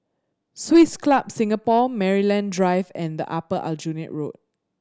Swiss Club Singapore Maryland Drive and Upper Aljunied Road